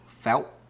felt